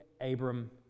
Abram